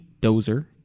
Dozer